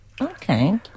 Okay